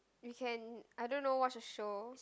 we can I don't know watch a show